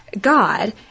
God